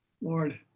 Lord